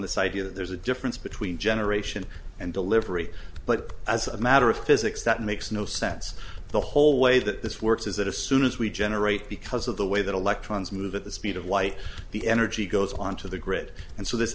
this idea that there's a difference between generation and delivery but as a matter of physics that makes no sense the whole way that this works is that as soon as we generate because of the way that electrons move at the speed of light the energy goes on to the grid and so this